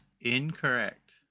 incorrect